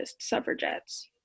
suffragettes